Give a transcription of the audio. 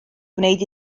gwneud